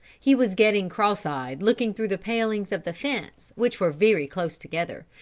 he was getting cross-eyed looking through the palings of the fence which were very close together,